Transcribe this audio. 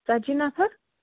ژتجی نفر